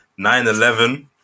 9-11